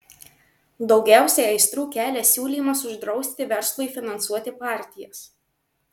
daugiausiai aistrų kelia siūlymas uždrausti verslui finansuoti partijas